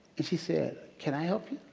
and she said, can i help you?